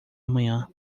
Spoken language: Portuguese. amanhã